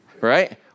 right